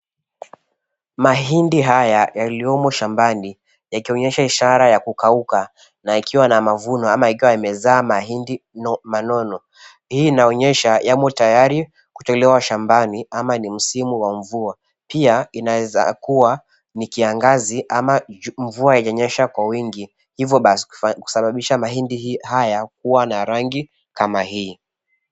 Mahindi haya yaliomo shambani yakionyesha ishara ya kukauka na ikiwa na mavuno ama ikiwa imezaa mahindi manono, hii inaonyesha yamo tayari kutolewa shambani ama ni msimu wa mvua. Pia inaezakuwa ni kiangazi ama mvua haijanyesha kwa wingi hivyo basi kusababisha mahindi haya kuwa na rangi kama hii.